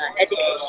education